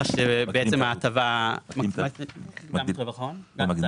שבעצם ההטבה --- מורידים את רווח ההון.